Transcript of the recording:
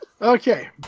Okay